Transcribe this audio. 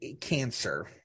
cancer